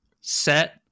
set